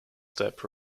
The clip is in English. step